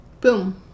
Boom